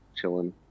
chilling